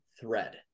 thread